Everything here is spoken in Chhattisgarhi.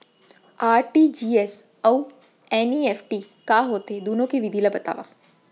आर.टी.जी.एस अऊ एन.ई.एफ.टी का होथे, दुनो के विधि ला बतावव